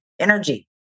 energy